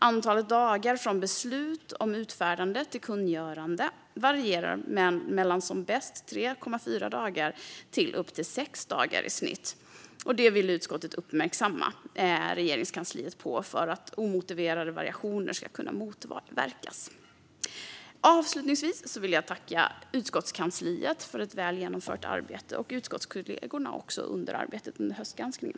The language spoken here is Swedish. Antalet dagar från beslut om utfärdande till kungörande varierar mellan som bäst 3,4 dagar och upp till 6 dagar i snitt. Det vill utskottet uppmärksamma Regeringskansliet på för att omotiverade variationer ska kunna motverkas. Avslutningsvis vill jag tacka utskottskansliet och utskottskollegorna för ett väl genomfört arbete med höstgranskningen.